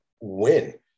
Win